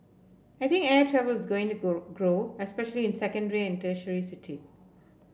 I think air travel is going to grow especially in secondary and tertiary cities